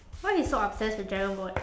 why you so obsessed with dragon boat